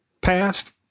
passed